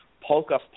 Polka